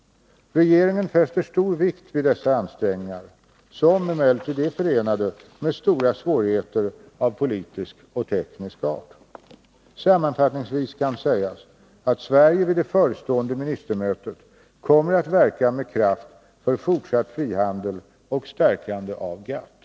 Regeringen fäster stor vikt vid dessa ansträngningar, som emellertid är förenade med stora svårigheter av politisk och teknisk art. Sammanfattningsvis kan sägas att Sverige vid det förestående ministermötet kommer att verka med kraft för fortsatt frihandel och stärkandet av GATT.